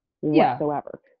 whatsoever